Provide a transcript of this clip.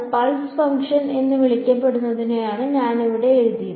pulse function എന്ന് വിളിക്കപ്പെടുന്നതിനെയാണ് ഞാൻ ഇവിടെ എഴുതിയത്